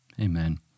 Amen